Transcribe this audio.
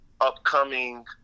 upcoming